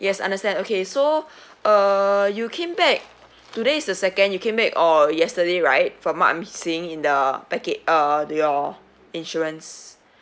yes understand okay so err you came back today is the second you came back on yesterday right from what I'm seeing in the okay uh your insurance